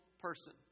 person